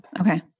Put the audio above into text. okay